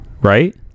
Right